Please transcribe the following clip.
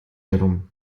herum